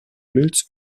milz